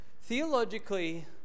Theologically